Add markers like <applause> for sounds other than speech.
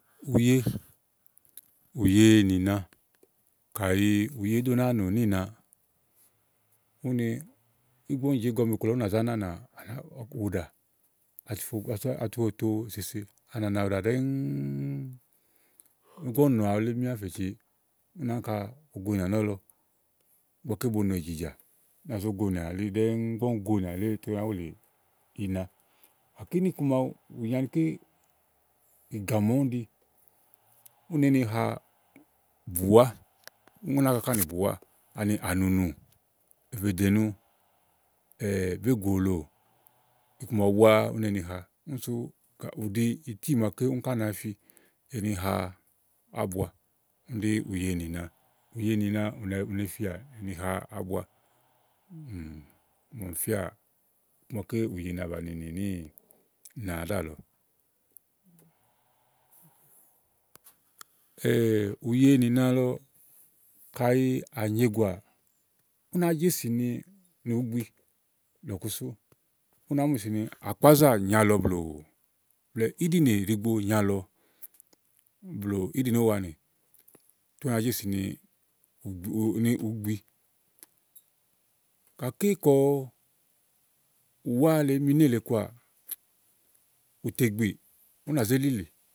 Ùye, ùye nìna kayi ùye èé do náa nò níìna, úni ígbɔ úni jèégɔme iku lɔ ú nà zá nànà ùɖà atu fo, atu oto èsèse, anànà ùɖà ɖɛ́ŋúúú ígbɔ úni nòà wulé ɖɛ́ɛ́ fèci, ú nà áŋka ogo nìà nɔ̀lɔ ígbɔké bo nò ìjìjà. Ú nà zó gonìà elí ɖɛ́ŋúúú ígbɔ úni gonìà wuléè ètè ú nàá wulì ina gàké níìku màawu ù nyì anikɛ́ ígàmɔ̀ úni ɖi ú nèé ni ha bùwá úni náka ká nì bùwá ani. Ánùnù, èvèdènu, <hesitation> bégùòlò, iku màawu búáá ú ne ni ha. Úni sú ù ɖi ítí màaké úni ká na fi eni ha ábua ɖí ùye nìna. Ùye nìna ù ne fià ni ha ábua <hesitation> màa ɔmi fíà ígbɔké ùye nabani nìnì níìna ɖíàlɔ <hesitation> ùye nìna lɔ kayi à nyegùà, ú nàá jesì ni ùú gbi lɔ̀ku sú. ú nàá mu jèsì ní àkpázà nyàa lɔ blù blɛ̀ɛ íɖìnè ɖìigbo, ù nyaàlɔ blù íɖìnè úwanì tè ú nàá jesì ni ù tro nì ùú gbi gàké kɔ ùwa le èé mi nélèe kɔàà, ú tè gbìì, ú nà zé lìlì.